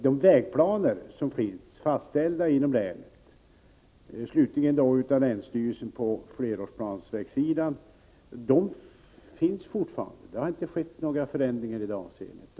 De vägplaner, flerårsplaner, inom länet som slutligen fastställts av länsstyrelsen gäller fortfarande. Det har inte skett några förändringar i det avseendet.